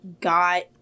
got